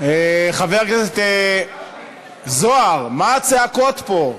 חבר הכנסת זוהר, מה הצעקות פה?